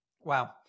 wow